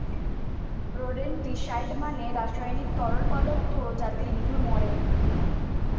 rodenticide মানে রাসায়নিক তরল পদার্থ যাতে ইঁদুর মরে